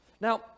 Now